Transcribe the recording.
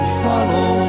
follow